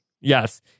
Yes